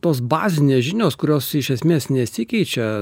tos bazinės žinios kurios iš esmės nesikeičia